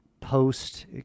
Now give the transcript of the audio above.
post